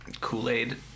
Kool-Aid